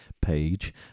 page